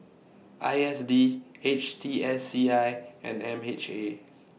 I S D H T S C I and M H A